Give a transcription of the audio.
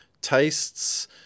tastes